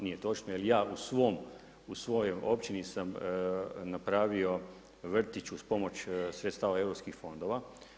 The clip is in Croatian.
Nije točno, jel ja u svojoj općini sam napravio vrtić uz pomoć sredstava europskih fondova.